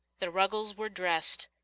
the ruggleses were dressed,